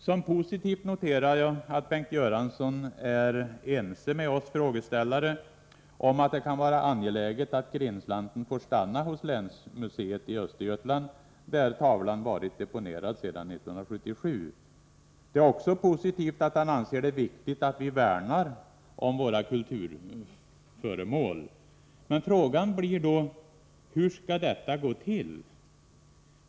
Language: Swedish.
Som positivt noterar jag att Bengt Göransson är ense med oss frågeställare om att det kan vara angeläget att Grindslanten får stanna på länsmuseet i Östergötland, där tavlan varit deponerad sedan 1977. Det är också positivt att han anser det viktigt att vi värnar om våra kulturföremål. Men man frågar sig då: Hur skall detta gå till?